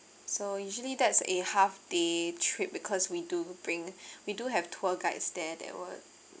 so usually that's a half day trip because we do bring we do have tour guides there that will